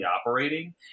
operating